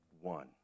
one